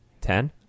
Ten